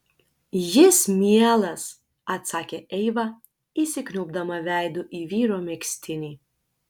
jis mielas atsakė eiva įsikniaubdama veidu į vyro megztinį